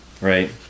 right